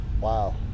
wow